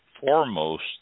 foremost